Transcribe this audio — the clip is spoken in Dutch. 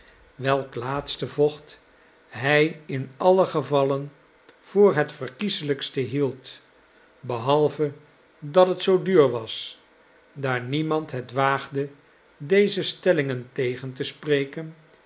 welk laatste vocht hij in alien gevalle voor het verkieslijkste hield behalve dat het zoo duur was daar niemand het waagde deze stellingen tegen te spreken